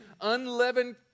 unleavened